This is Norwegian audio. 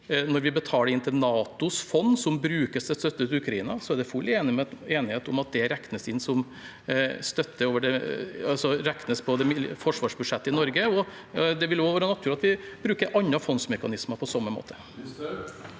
Når vi betaler inn til NATOs fond som brukes til støtte til Ukraina, er det full enighet om at det regnes inn i forsvarsbudsjettet i Norge. Det vil også være naturlig at vi bruker andre fondsmekanismer på samme måte.